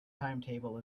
timetable